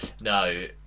no